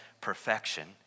perfection